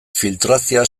filtrazioa